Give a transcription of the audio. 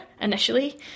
initially